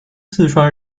四川